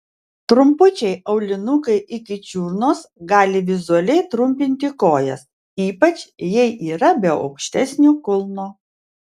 trumpučiai aulinukai iki čiurnos gali vizualiai trumpinti kojas ypač jei yra be aukštesnio kulno